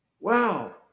wow